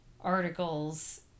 articles